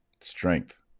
strength